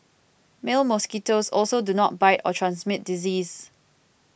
male mosquitoes also do not bite or transmit disease